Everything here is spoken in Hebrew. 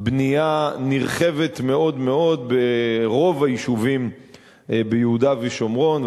בנייה נרחבת מאוד מאוד ברוב היישובים ביהודה ושומרון.